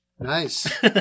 Nice